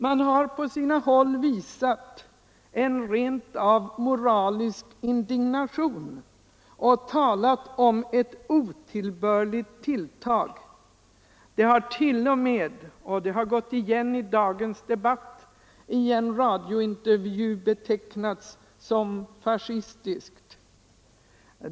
Man har på sina håll visat en rent av moralisk indignation och talat om ett otillbörligt tilltag. Det har t.o.m. — det har berörts i dagens debatt — i en radiointervju betecknats som fascistiskt.